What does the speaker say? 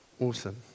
Awesome